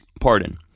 pardon